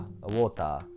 water